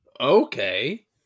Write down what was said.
Okay